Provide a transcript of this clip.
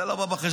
זה לא בא בחשבון.